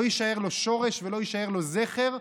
לא יישאר לו שורש ולא יישאר לו זכר,